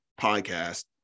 podcast